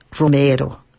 Romero